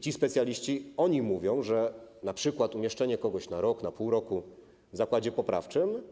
Ci specjaliści mówią, że np. umieszczenie kogoś na rok, na pół roku w zakładzie poprawczym